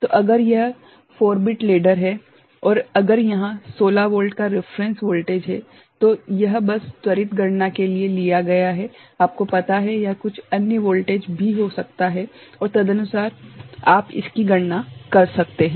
तो अगर यह 4 बिट लेडर है और अगर यहाँ 16 वोल्ट का रिफरेंस वोल्टेज है तो यह बस त्वरित गणना के लिए लिया गया है आपको पता है यह कुछ अन्य वोल्टेज भी हो सकता है और तदनुसार आप इसकी गणना कर सकते हैं